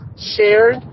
shared